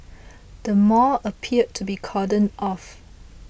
the mall appeared to be cordoned off